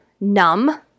numb